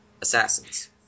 Assassins